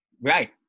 Right